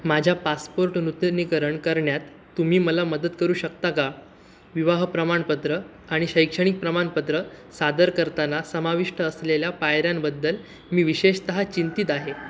माझ्या पासपोर्ट नूतनीकरण करण्यात तुम्ही मला मदत करू शकता का विवाह प्रमाणपत्र आणि शैक्षणिक प्रमाणपत्र सादर करताना समाविष्ट असलेल्या पायऱ्यांबद्दल मी विशेषतः चिंतित आहे